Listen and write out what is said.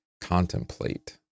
contemplate